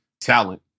talent